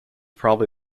probably